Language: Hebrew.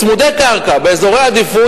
צמודי קרקע באזורי עדיפות,